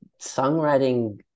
songwriting